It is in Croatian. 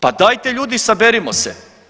Pa dajte ljudi saberimo se.